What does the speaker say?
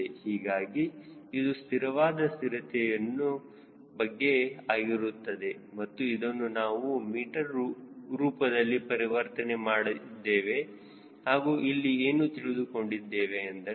ಹೀಗಾಗಿ ಇದು ಸ್ಥಿರವಾದ ಸ್ಥಿರತೆಯ ಬಗ್ಗೆ ಆಗಿರುತ್ತದೆ ಮತ್ತು ಇದನ್ನು ನಾವು ಮೀಟರ್ ರೂಪದಲ್ಲಿ ಪರಿವರ್ತನೆ ಮಾಡಿದ್ದೇವೆ ಹಾಗೂ ಅಲ್ಲಿ ಏನು ತಿಳಿದುಕೊಂಡಿದ್ದೇವೆ ಎಂದರೆ